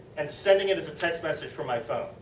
and sending it as a text message from my phone.